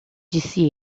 disse